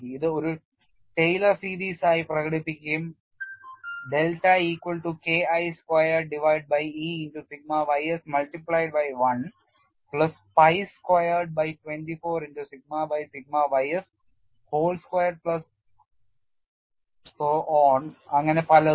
ഇത് ഒരു Taylor series ആയി പ്രകടിപ്പിക്കുകയും delta equal to K I squared divided by E into sigma ys multiplied by 1 plus pi squared by 24 into sigma by sigma ys whole squared plus so on അങ്ങനെ പലതും